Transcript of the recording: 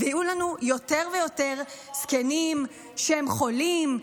יהיו לנו יותר ויותר זקנים שהם חולים,